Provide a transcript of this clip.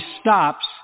stops